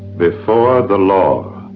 before the law,